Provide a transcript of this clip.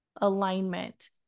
alignment